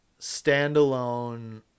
standalone